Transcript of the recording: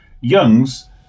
Young's